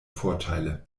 vorteile